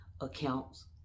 accounts